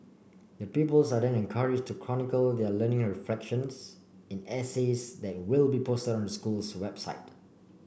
the pupils are then encouraged to chronicle their learning reflections in essays that will be posted on the school's website